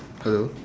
hello